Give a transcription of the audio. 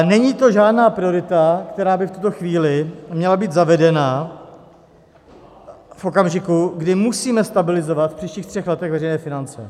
Není to žádná priorita, která by v tuto chvíli měla být zavedena v okamžiku, kdy musíme stabilizovat v příštích třech letech veřejné finance.